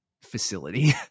facility